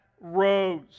rose